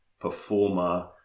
performer